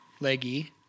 leggy